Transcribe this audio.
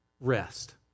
rest